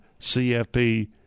CFP